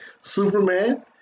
Superman